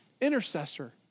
intercessor